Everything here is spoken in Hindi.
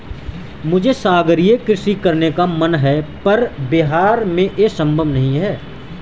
मुझे सागरीय कृषि करने का मन है पर बिहार में ये संभव नहीं है